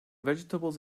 vegetables